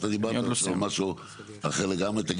אתה דיברת על משהו אחר לגמרי,